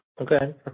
Okay